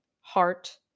heart